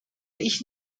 ich